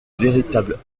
véritables